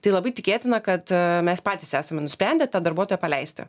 tai labai tikėtina kad mes patys esame nusprendę tą darbuotoją paleisti